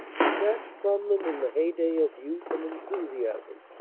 snatched from them in the heyday of youth and enthusiasm,